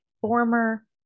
former